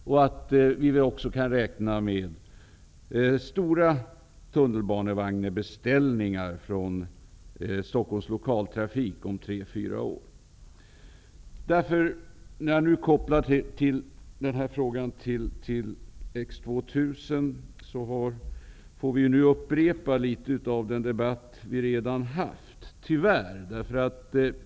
Man kan vidare räkna med stora tunnelbanevagnsbeställningar om tre fyra år från När det gäller X 2000 får vi nu tyvärr upprepa litet av den debatt som vi redan har haft.